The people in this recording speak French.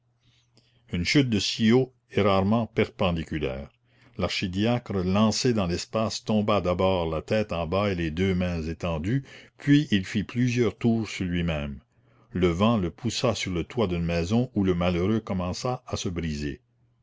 une chute de si haut est rarement perpendiculaire l'archidiacre lancé dans l'espace tomba d'abord la tête en bas et les deux mains étendues puis il fit plusieurs tours sur lui-même le vent le poussa sur le toit d'une maison où le malheureux commença à se briser